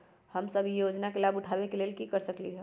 हम सब ई योजना के लाभ उठावे के लेल की कर सकलि ह?